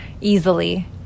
easily